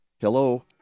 Hello